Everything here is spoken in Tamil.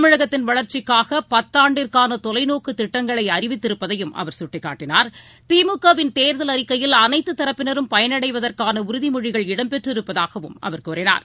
தமிழகத்தின் வளர்ச்சிக்காகபத்தாண்டிற்கானதொலைநோக்குதிட்டங்களைஅறிவித்திருப்பதையும் அவர் சுட்டிக்காட்டனார் திமுகவின் தேர்தல் அறிக்கையில் அனைத்துரப்பினரும் பயனடைவதற்கானஉறுதிமொழிகள் இடம் பெற்றிருப்பதாகவும் அவர் கூறினார்